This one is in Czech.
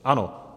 Ano.